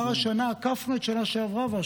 השנה כבר עקפנו את השנה שעברה במספר ההרוגים,